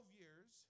years